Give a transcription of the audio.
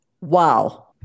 Wow